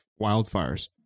wildfires